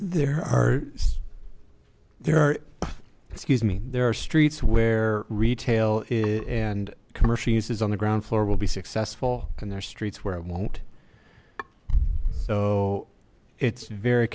there are there are excuse me there are streets where retail and commercial uses on the ground floor will be successful and their streets where it won't so it's very